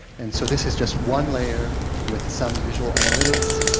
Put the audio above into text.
and so this is just one layer with some visual analytics